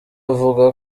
avuga